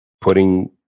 putting